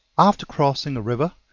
after crossing a river,